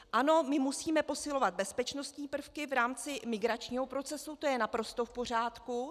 Ano, my musíme posilovat bezpečnostní prvky v rámci migračního procesu, to je naprosto v pořádku.